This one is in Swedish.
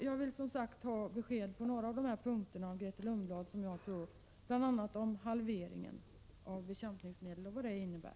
Jag vill som sagt ha besked av Grethe Lundblad på några av de här punkterna, bl.a. om vad halveringen av bekämpningsmedlen innebär.